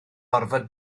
orfod